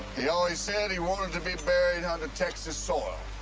he always said he wanted to be buried under texas soil.